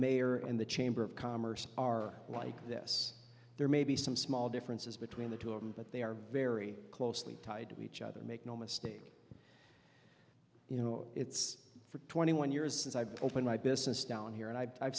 mayor and the chamber of commerce are like this there may be some small differences between the two of them but they are very closely tied to each other make no mistake you know it's for twenty one years since i opened my business down here and i've